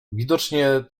widocznie